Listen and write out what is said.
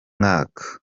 mwaka